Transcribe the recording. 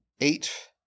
eight